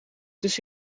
dus